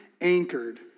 anchored